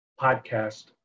podcast